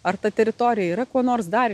ar ta teritorija yra kuo nors dar